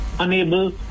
Unable